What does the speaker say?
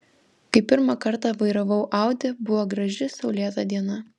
kai pirmą kartą vairavau audi buvo graži saulėta diena